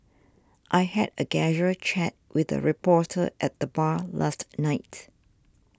I had a casual chat with a reporter at the bar last night